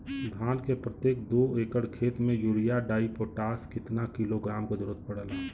धान के प्रत्येक दो एकड़ खेत मे यूरिया डाईपोटाष कितना किलोग्राम क जरूरत पड़ेला?